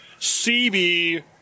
CB